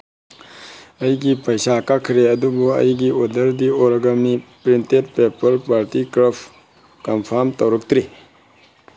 ꯑꯩꯒꯤ ꯄꯩꯁꯥ ꯀꯛꯈ꯭ꯔꯦ ꯑꯗꯨꯕꯨ ꯑꯩꯒꯤ ꯑꯣꯔꯗꯔꯗꯤ ꯑꯣꯔꯒꯝꯅꯤ ꯄ꯭ꯔꯤꯟꯇꯦꯠ ꯄꯦꯄꯔ ꯄꯥꯔꯇꯤ ꯀꯔꯞ ꯀꯟꯐꯥꯝ ꯇꯧꯔꯛꯇ꯭ꯔꯤ